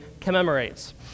commemorates